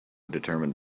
determined